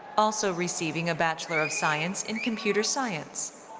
also receiving a bachelor of science in computer science.